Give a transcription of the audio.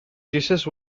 jesus